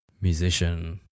musician